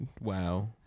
Wow